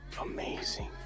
amazing